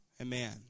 Amen